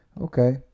okay